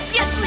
Yes